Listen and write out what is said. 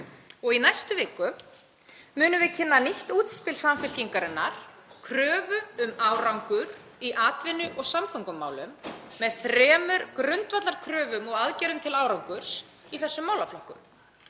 Í næstu viku munum við kynna nýtt útspil Samfylkingarinnar, kröfu um árangur í atvinnu- og samgöngumálum með þremur grundvallarkröfum og aðgerðum til árangurs í þessum málaflokkum.